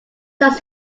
does